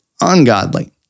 ungodly